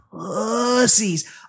pussies